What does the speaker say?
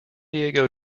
diego